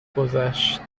گذشت